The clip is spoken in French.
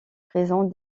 présente